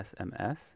SMS